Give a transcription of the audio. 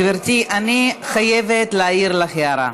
גברתי, אני חייבת להעיר לך הערה.